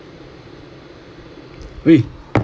eh